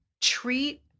treat